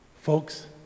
Folks